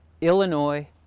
Illinois